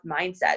mindset